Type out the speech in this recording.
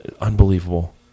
Unbelievable